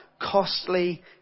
costly